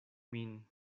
min